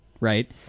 right